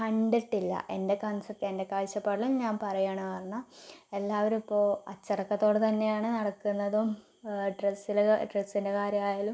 കണ്ടിട്ടില്ല എൻ്റെ കൺസെപ്റ്റ് എൻ്റെ കാഴ്ചപ്പാടില് ഞാൻ പറയുകയാണ് പറഞ്ഞാൽ എല്ലാവരും ഇപ്പോൾ അച്ചടക്കത്തോടെ തന്നെയാണ് നടക്കുന്നതും ഡ്രെസ്സിൽ ഡ്രസ്സിൻ്റെ കാര്യം ആയാലും